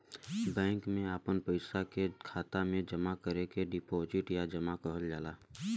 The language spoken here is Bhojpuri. बैंक मे आपन पइसा के खाता मे जमा करे के डीपोसिट या जमा कहल जाला